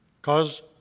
Cause